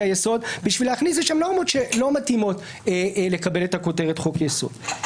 היסוד בשביל להכניס לשם נורמות שלא מתאימות לקבל את הכותרת חוק יסוד.